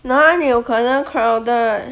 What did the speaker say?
那你有可能 crowded